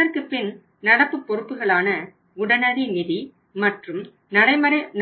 அதற்குப் பின் நடப்பு பொறுப்புகளான உடனடி நிதி மற்றும்